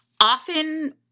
often